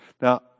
Now